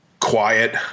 quiet